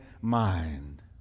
mind